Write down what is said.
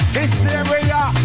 hysteria